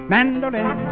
Mandolin